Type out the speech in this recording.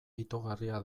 itogarria